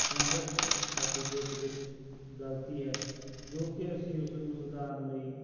ਸੰਬੰਧਿਤ ਸਰਟੀਫਿਕੇਟ ਵਿੱਚ ਗਲਤੀ ਹੈ ਜੋ ਕਿ ਅਸੀਂ ਉਸਨੂੰ ਸੁਧਾਰਨ ਲਈ